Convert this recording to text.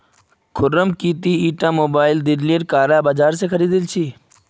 खुर्रम की ती ईटा मोबाइल दिल्लीर काला बाजार स खरीदिल छि